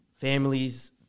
Families